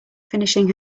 finishing